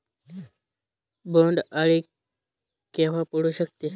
बोंड अळी केव्हा पडू शकते?